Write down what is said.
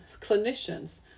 clinicians